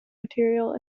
material